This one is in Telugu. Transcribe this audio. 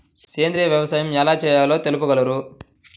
సేంద్రీయ వ్యవసాయం ఎలా చేయాలో తెలుపగలరు?